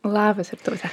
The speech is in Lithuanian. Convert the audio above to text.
labas irtaute